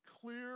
clear